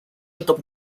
untuk